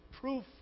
proof